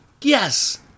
Yes